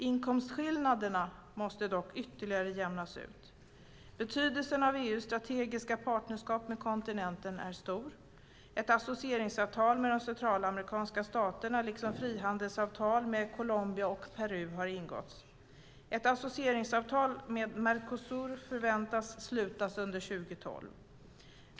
Inkomstskillnaderna måste dock ytterligare jämnas ut. Betydelsen av EU:s strategiska partnerskap med kontinenten är stor. Ett associeringsavtal med de centralamerikanska staterna liksom frihandelsavtal med Colombia och Peru har ingåtts. Ett associeringsavtal med Mercosur förväntas slutas under 2012.